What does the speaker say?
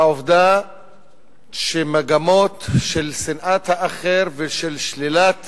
העובדה שמגמות של שנאת האחר ושל שלילת